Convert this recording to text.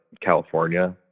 California